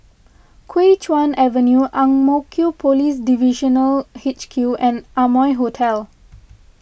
Kuo Chuan Avenue Ang Mo Kio Police Divisional H Q and Amoy Hotel